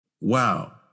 Wow